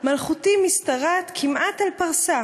/ מלכותי משתרעת כמעט על פרסה'.